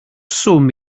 swm